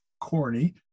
corny